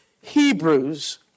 Hebrews